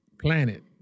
planet